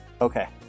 Okay